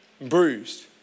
bruised